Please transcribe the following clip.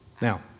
Now